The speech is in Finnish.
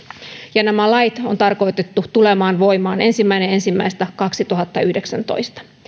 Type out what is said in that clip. ja nämä lait on tarkoitettu tulemaan voimaan ensimmäinen ensimmäistä kaksituhattayhdeksäntoista